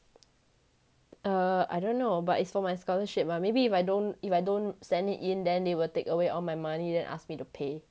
err I don't know but it's for my scholarship but maybe if I don't if I don't send it in then they will take away all my money then ask me to pay